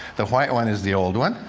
the white one is the old one.